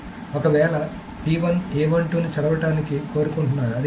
కాబట్టి ఒకవేళ ని చదవడానికి కోరుకుంటున్నారు